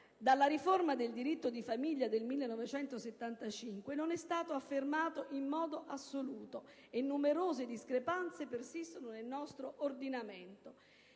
dalla riforma del diritto di famiglia del 1975, non è stato affermato in modo assoluto, per cui numerose discrepanze persistono nel nostro ordinamento.